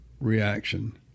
reaction